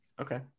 Okay